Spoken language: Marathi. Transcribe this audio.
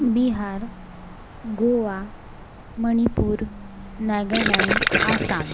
बिहार गोवा मणिपूर नागालँड आसाम